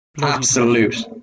absolute